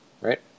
right